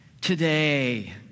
today